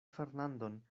fernandon